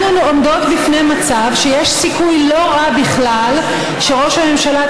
אנחנו עומדות בפני מצב שיש סיכוי לא רע בכלל שראש הממשלה,